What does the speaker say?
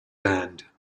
band